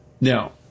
Now